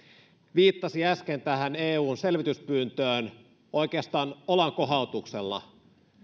viittasi äsken tähän eun selvityspyyntöön oikeastaan olankohautuksella